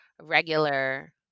regular